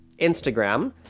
Instagram